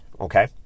okay